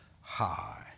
high